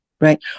right